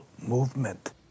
movement